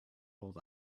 hold